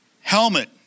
helmet